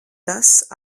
tas